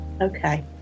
okay